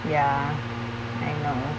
ya I know